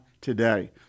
today